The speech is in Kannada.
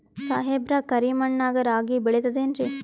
ಸಾಹೇಬ್ರ, ಕರಿ ಮಣ್ ನಾಗ ರಾಗಿ ಬೆಳಿತದೇನ್ರಿ?